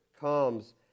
comes